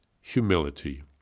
humility